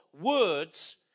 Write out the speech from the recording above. words